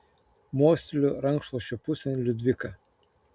mostelėjo rankšluosčio pusėn liudvika